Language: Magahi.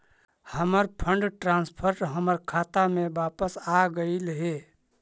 हमर फंड ट्रांसफर हमर खाता में वापस आगईल हे